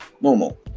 Normal